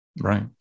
Right